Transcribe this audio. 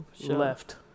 left